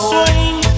Swing